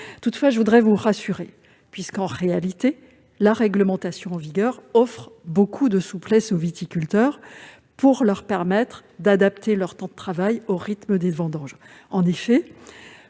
voudrais toutefois vous rassurer : la réglementation en vigueur offre beaucoup de souplesse aux viticulteurs, afin de leur permettre d'adapter leur temps de travail au rythme des vendanges.